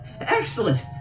excellent